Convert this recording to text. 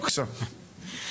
בבקשה.